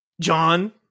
john